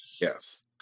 Yes